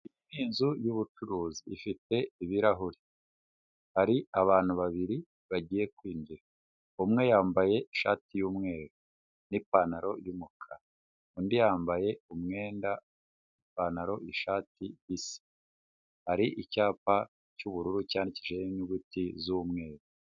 Inzu y'ubucuruzi ifite ibirahuri hari abantu babiri bagiye kwinjira umwe yambaye ishati y'umweru n'ipantaro yumukara, undi yambaye umwenda; ipantaro, ishatisi hari icyapa cy'ubururu cyandikijeho inyuguti z'umweru.